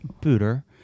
booter